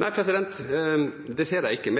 Nei, det ser jeg ikke.